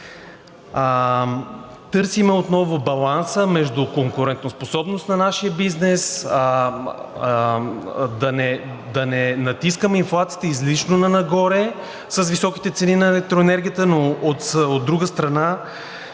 Търсим отново баланса между конкурентоспособност на нашия бизнес, да не натискаме инфлацията излишно нагоре с високите цени на електроенергията, но от друга страна,